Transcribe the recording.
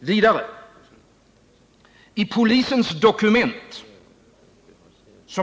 Vidare: I polisens dokument